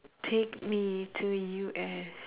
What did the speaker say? take me to U_S